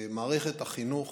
מערכת החינוך